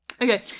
okay